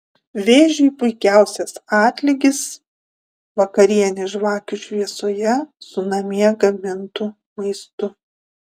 vėžiui puikiausias atlygis vakarienė žvakių šviesoje su namie gamintu maistu